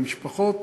למשפחות.